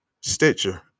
Stitcher